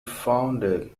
founded